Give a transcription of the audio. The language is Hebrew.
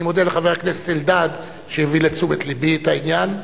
אני מודה לחבר הכנסת אלדד שהביא לתשומת לבי את העניין.